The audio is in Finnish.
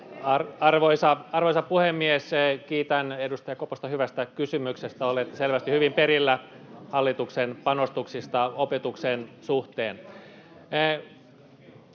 Arvoisa puhemies! Kiitän edustaja Koposta hyvästä kysymyksestä. Olet selvästi hyvin perillä hallituksen panostuksista opetuksen suhteen.